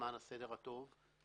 למען הסדר הטוב,